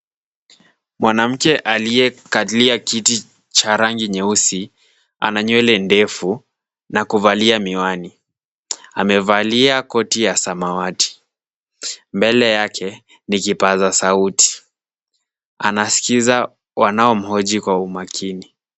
Mwanamke aliyekalia kiti cha rangi nyeusi ana nywele ndefu na kuvalia miwani. Amevalia koti ya samawati. Mbele yake ni kipaza sauti. Anasikiza wanaomhoji kwa umakini.